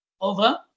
Over